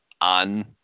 on